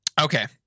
Okay